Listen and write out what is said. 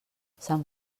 sant